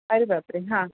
अरे बापरे हां